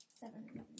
Seven